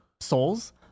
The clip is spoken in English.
Souls